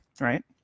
right